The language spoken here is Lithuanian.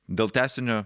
dėl tęsinio